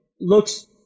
looks